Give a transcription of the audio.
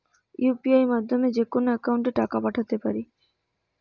UPI মাধ্যমে যেকোনো একাউন্টে টাকা পাঠাতে পারি?